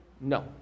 no